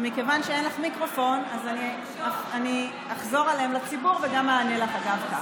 ומכיוון שאין לך מיקרופון אני אחזור עליהם לציבור וגם אענה לך אגב כך.